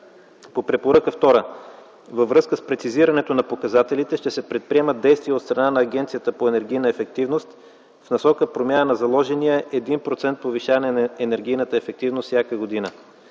По препоръка втора. Във връзка с прецизирането на показателите ще се предприемат действия от страна на Агенцията по енергийна ефективност в насока промяна на заложения 1% повишаване на енергийната ефективност всяка година.